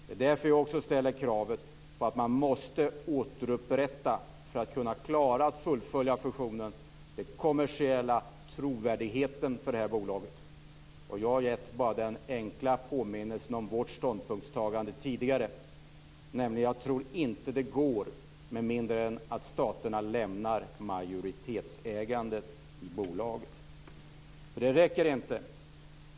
Det är därför jag ställer kravet på att man måste återupprätta, för att kunna klara att fullfölja fusionen, den kommersiella trovärdigheten för bolaget. Jag har gjort den enkla påminnelsen om vårt ståndpunktstagande tidigare, nämligen att jag inte tror att det går med mindre än att staterna lämnar majoritetsägandet i bolaget. Det räcker inte.